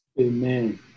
Amen